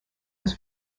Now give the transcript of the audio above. was